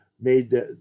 made